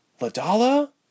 Ladala